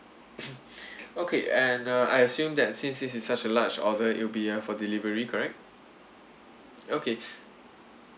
okay and uh I assume that since this is such a large order it'll be uh for delivery correct okay